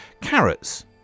carrots